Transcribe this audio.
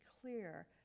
clear